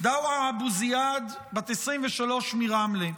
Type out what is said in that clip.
דועאא אבו זיד, בת 23, מרמלה,